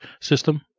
system